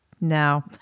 no